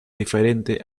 diferente